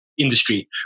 Industry